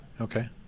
Okay